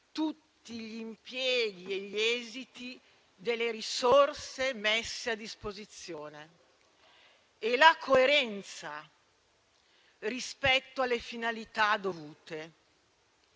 tutti gli impieghi e gli esiti delle risorse messe a disposizione e la coerenza rispetto alle finalità volute,